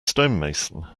stonemason